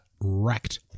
wrecked